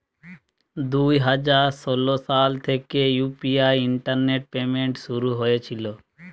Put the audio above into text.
দুই হাজার ষোলো সাল থেকে ইউ.পি.আই ইন্টারনেট পেমেন্ট শুরু হয়েছিল